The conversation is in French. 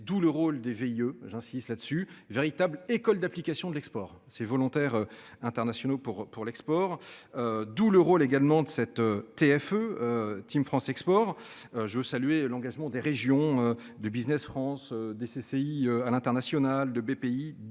d'où le rôle des veilles j'insiste là-dessus véritable école d'application de l'export. Ces volontaires internationaux pour pour l'export. D'où le rôle également de cette TFE Team France Export. Je veux saluer l'engagement des régions de Business France des CCI à l'international de BPI.